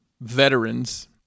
veterans